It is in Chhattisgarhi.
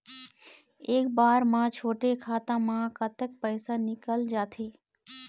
एक बार म छोटे खाता म कतक पैसा निकल जाथे?